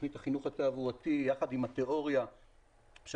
תוכנית החינוך התעבורתי יחד עם התיאוריה אותה אנחנו